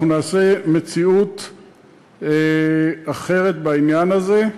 אנחנו נעשה מציאות אחרת, בעניין הזה,